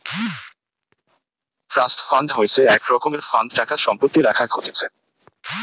trust fund হইসে এক রকমের ফান্ড টাকা সম্পত্তি রাখাক হতিছে